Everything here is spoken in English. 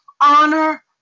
Honor